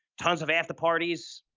tons of after parties.